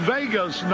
Vegas